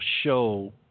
show